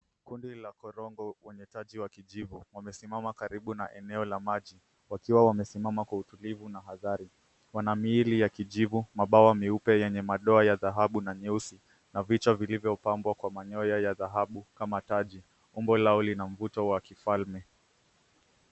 Kundi la korogwe mwenye taji wa kijivu wamesimama karibu na eneo la maji wakiwa wamesimama kwa utulivu na hadhari. Wana miili ya kijivu, mabawa meupe yenye madoa ya dhahabu na nyeusi na vichwa vilivyopambwa kwa manyoya ya dhahabu kama taji. Umbo lao lina mvuto wa kifalme.